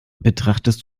betrachtest